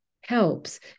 helps